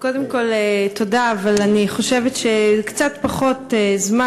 קודם כול, תודה, אבל אני חושבת שזה קצת פחות זמן.